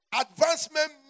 Advancement